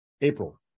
April